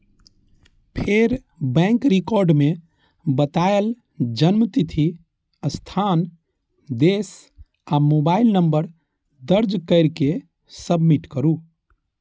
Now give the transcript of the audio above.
फेर bank record मे बतायल जन्मतिथि, स्थान, देश आ मोबाइल नंबर दर्ज कैर के सबमिट करू